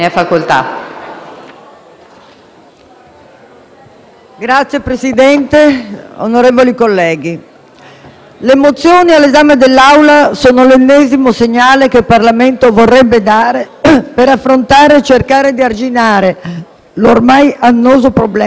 Signor Presidente, onorevoli colleghi, le mozioni all'esame dell'Aula sono l'ennesimo segnale che il Parlamento vorrebbe dare per affrontare e cercare di arginare l'ormai annoso problema della violenza sulle donne.